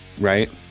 right